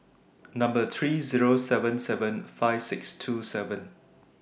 Number three Zero seven seven five six two seven